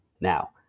Now